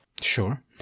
Sure